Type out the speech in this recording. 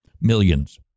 Millions